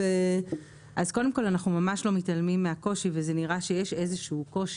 אנחנו ממש לא מתעלמים מהקושי וזה נראה שיש איזשהו קושי.